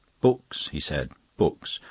books, he said books.